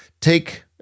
take